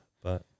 but-